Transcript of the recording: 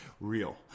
real